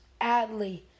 Adley